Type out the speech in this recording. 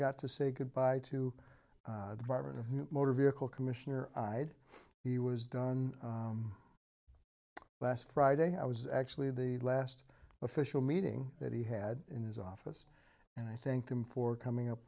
got to say goodbye to the barber of motor vehicle commissioner i had he was done last friday i was actually the last official meeting that he had in his office and i think him for coming up